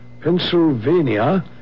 Pennsylvania